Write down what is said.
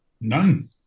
none